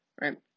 right